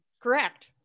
correct